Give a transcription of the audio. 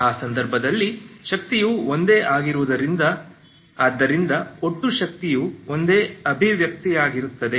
ಆ ಸಂದರ್ಭದಲ್ಲಿ ಶಕ್ತಿಯು ಒಂದೇ ಆಗಿರುವುದರಿಂದ ಆದ್ದರಿಂದ ಒಟ್ಟು ಶಕ್ತಿಯು ಒಂದೇ ಅಭಿವ್ಯಕ್ತಿಯಾಗಿರುತ್ತದೆ